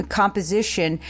composition